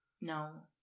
no